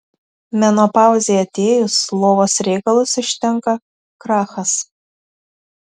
menopauzei atėjus lovos reikalus ištinka krachas